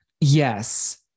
Yes